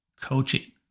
coaching